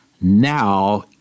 now